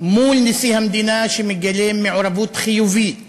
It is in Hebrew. מול נשיא המדינה שמגלה מעורבות חיובית